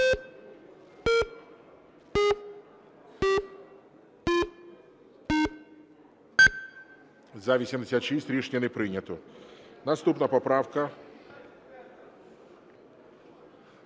За-86 Рішення не прийнято. Наступна поправка